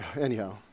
anyhow